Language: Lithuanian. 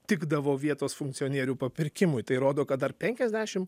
tikdavo vietos funkcionierių papirkimui tai rodo kad dar penkiasdešim